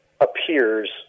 appears